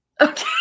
okay